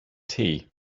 tea